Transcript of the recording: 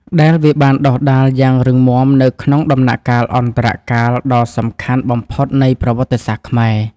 ដែលវាបានដុះដាលយ៉ាងរឹងមាំនៅក្នុងដំណាក់កាលអន្តរកាលដ៏សំខាន់បំផុតនៃប្រវត្តិសាស្ត្រខ្មែរ។